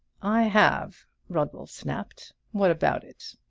i have! rodwell snapped. what about it?